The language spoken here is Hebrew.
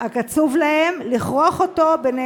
הקצוב להם בנאמנות